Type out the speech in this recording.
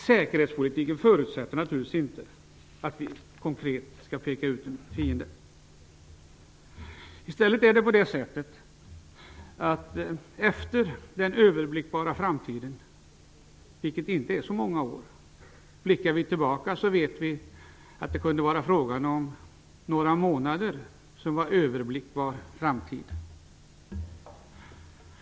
Säkerhetspolitiken förutsätter naturligtvis inte att vi konkret kan peka ut en fiende. I stället är det så att vi inte vet hur det säkerhetspolitiska läget kommer att se ut efter den överblickbara framtiden, och den framtid som är överblickbar är inte så mycket längre än några år -- vi vet nu att den överblickbara framtiden kan vara bara några månader lång.